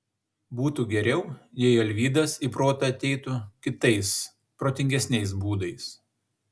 būtų geriau jei alvydas į protą ateitų kitais protingesniais būdais